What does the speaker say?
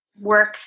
work